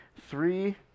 three